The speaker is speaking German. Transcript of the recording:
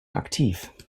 aktiv